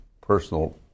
personal